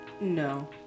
no